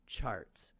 charts